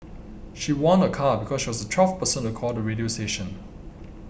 she won a car because she was the twelfth person to call the radio station